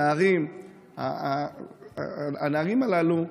הנערים הללו,